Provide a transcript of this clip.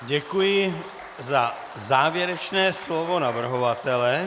Děkuji za závěrečné slovo navrhovatele.